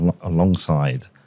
alongside